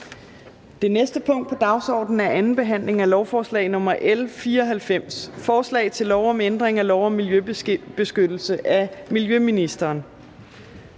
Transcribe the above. Det næste punkt på dagsordenen er: 10) 2. behandling af lovforslag nr. L 94: Forslag til lov om ændring af lov om miljøbeskyttelse. (Nationale